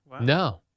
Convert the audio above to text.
No